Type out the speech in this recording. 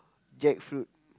jackfruit